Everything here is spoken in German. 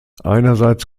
einerseits